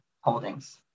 holdings